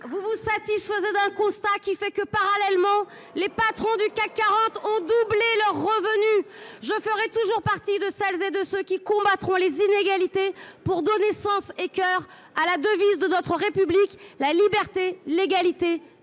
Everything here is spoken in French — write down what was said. vous vous satisfaites de ce constat, tandis que, parallèlement, les patrons du CAC 40 ont doublé leurs revenus ! Je ferai toujours partie de celles et de ceux qui combattent les inégalités pour donner sens et coeur à la devise de notre République, « Liberté, Égalité, Fraternité